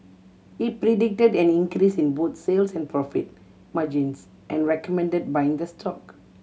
he predicted an increase in both sales and profit margins and recommended buying the stock